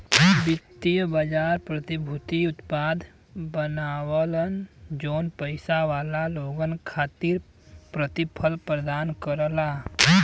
वित्तीय बाजार प्रतिभूति उत्पाद बनावलन जौन पइसा वाला लोगन खातिर प्रतिफल प्रदान करला